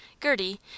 Gertie